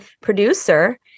producer